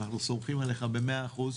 אנחנו סומכים עליך במאה אחוז.